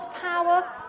power